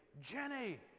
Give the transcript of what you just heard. Jenny